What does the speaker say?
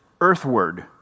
earthward